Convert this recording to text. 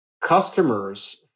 customers